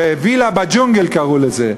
"וילה בג'ונגל" קראו לזה,